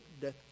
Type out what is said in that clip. death